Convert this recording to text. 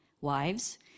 Wives